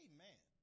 Amen